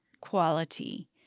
quality